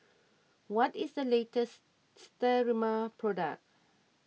what is the latest Sterimar product